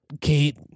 Kate